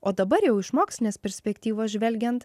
o dabar jau iš mokslinės perspektyvos žvelgiant